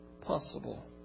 possible